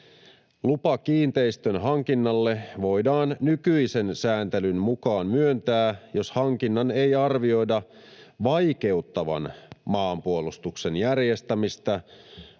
Lupa kiinteistön hankinnalle voidaan nykyisen sääntelyn mukaan myöntää, jos hankinnan ei arvioida vaikeuttavan maanpuolustuksen järjestämistä,